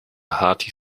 hearty